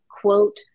quote